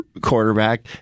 quarterback